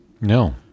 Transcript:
No